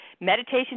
meditation